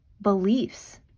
beliefs